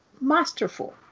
masterful